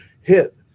hit